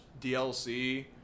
DLC